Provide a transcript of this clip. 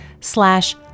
slash